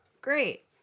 great